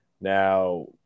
Now